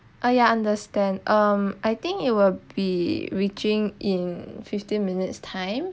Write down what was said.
ya I understand um I think it will be reaching in fifteen minutes time